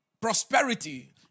prosperity